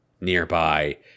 nearby